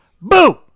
Boo